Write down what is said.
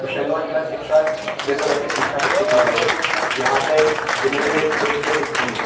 होशंगाबाद जिला शिक्षा में तो वैसे ठीक ठाक स्थिति में है यहाँ पे जिले में एक से एक इस्कूल हैं